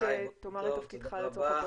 שלום.